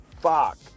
fuck